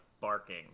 barking